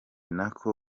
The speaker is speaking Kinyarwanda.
nako